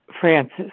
Francis